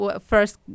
first